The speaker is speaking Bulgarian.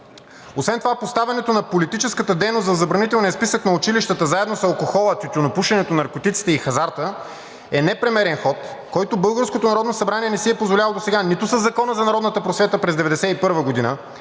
Освен това поставянето на политическата дейност в забранителния списък на училищата заедно с алкохола, тютюнопушенето, наркотиците и хазарта е непремерен ход, който българското Народно събрание не си е позволявало досега нито със Закона за народната просвета през 1991 г.,